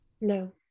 no